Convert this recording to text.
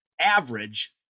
average